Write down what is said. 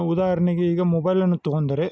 ಉದಾಹರಣೆಗೆ ಈಗ ಮೊಬೈಲನ್ನು ತೊಗೊಂಡರೆ